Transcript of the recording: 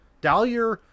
Dahlia